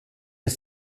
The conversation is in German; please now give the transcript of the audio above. ist